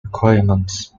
requirements